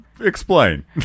Explain